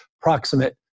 proximate